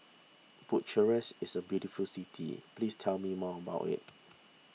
Bucharest is a very beautiful city please tell me more about it